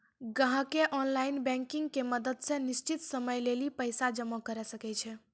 ग्राहकें online banking के मदत से निश्चित समय लेली पैसा जमा करै सकै छै